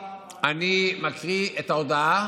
יש לי הודעות, אני מקריא את ההודעה